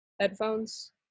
headphones